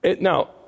Now